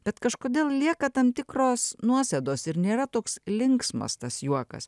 bet kažkodėl lieka tam tikros nuosėdos ir nėra toks linksmas tas juokas